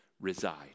reside